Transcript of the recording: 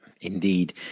indeed